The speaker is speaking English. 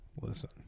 listen